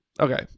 Okay